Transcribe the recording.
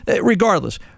regardless